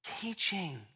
teaching